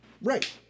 Right